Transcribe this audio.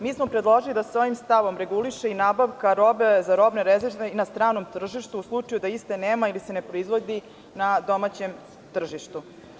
Mi smo predložili da se ovim stavom reguliše i nabavka robe za robne rezerve i na stranom tržištu u slučaju da iste nema ili se ne proizvodi na domaćem tržištu.